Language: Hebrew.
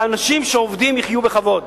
שאנשים שעובדים יחיו בכבוד.